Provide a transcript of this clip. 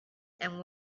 and